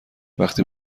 وقتی